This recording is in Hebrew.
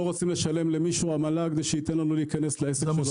רוצים לשלם למישהו עמלה כדי שייתן לנו להיכנס לעסק שלו.